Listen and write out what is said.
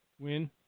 Win